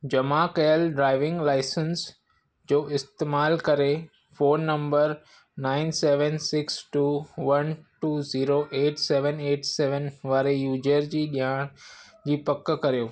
जमा कयल driving licence जो इस्तेमालु करे phone number nine seven six two one two zero eight seven eight seven वारे यूज़र जी ॼाण जी पक करियो